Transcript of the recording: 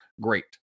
great